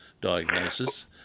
diagnosis